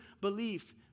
belief